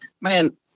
man